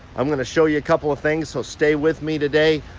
i'm gonna show you a couple of things, so stay with me today.